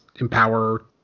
empower